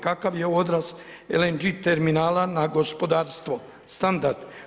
Kakav je ovo odraz LNG terminala na gospodarstvo, standard?